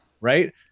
right